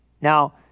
Now